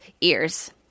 ears